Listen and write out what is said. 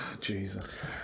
Jesus